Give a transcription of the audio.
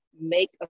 make